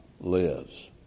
lives